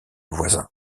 voisin